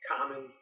Common